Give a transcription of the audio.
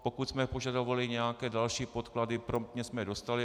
Pokud jsme požadovali nějaké další podklady, promptně jsme je dostali.